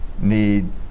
need